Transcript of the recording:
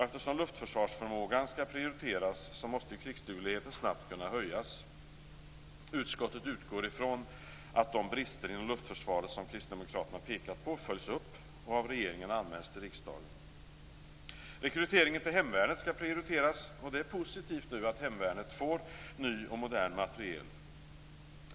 Eftersom luftförsvarsförmågan skall prioriteras måste krigsdugligheten snabbt kunna höjas. Utskottet utgår från att de brister inom luftförsvaret som kristdemokraterna pekat på följs upp och av regeringen anmäls till riksdagen. Rekryteringen till hemvärnet skall prioriteras, och det är positivt att hemvärnet nu får ny och modern materiel.